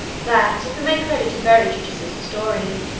that, if we may credit a very judicious historian,